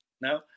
No